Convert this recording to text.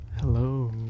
Hello